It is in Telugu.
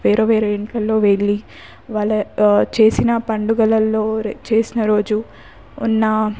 వేరే వేరే ఇళ్ళల్లోకి వెళ్ళి వాళ్ళ చేసిన పండుగలల్లో చేసిన రోజు ఉన్న